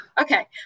Okay